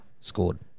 scored